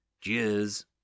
Cheers